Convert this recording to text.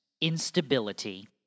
instability